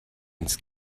ins